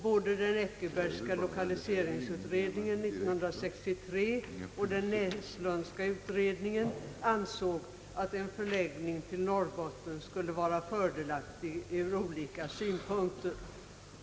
Både den Eckerbergska lokaliseringsutredningen år 1963 och den Näslundska utredningen ansåg att en förläggning till Norrbotten skulle vara fördelaktig ur olika synpunkter.